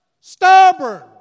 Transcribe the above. stubborn